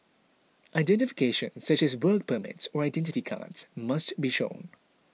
identification such as work permits or Identity Cards must be shown